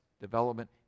development